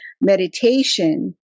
meditation